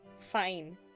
fine